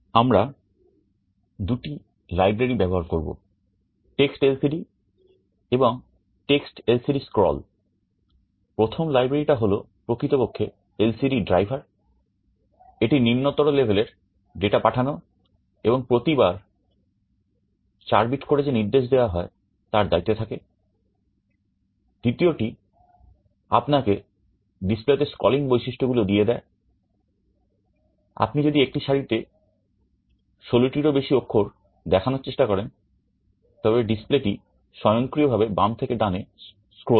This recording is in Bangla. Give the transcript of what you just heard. আমরা দুটো লাইব্রেরী ব্যবহার করব TextLCD and TextLCDScroll প্রথম লাইব্রেরীটা হলো প্রকৃতপক্ষে LCD driver এটি নিম্নতর লেভেলের ডেটা পাঠানো এবং প্রতিবার ফোর বিট করে যে নির্দেশ দেওয়া হয় তার দায়িত্বে থাকে দ্বিতীয়টি আপনাকে ডিসপ্লেতে স্ক্রোলিং করবে